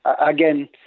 again